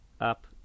up